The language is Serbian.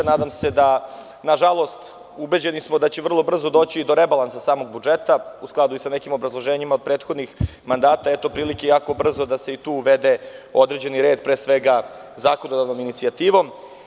Nažalost, ubeđeni smo da će vrlo brzo doći do rebalansa samog budžeta, u skladu i sa nekim obrazloženjima prethodnih mandata, eto prilike jako brzo da se tu uvede određeni red, pre svega zakonodavnom inicijativom.